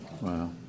Wow